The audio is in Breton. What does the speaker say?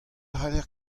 cʼhaller